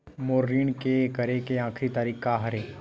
मोर ऋण के करे के आखिरी तारीक का हरे?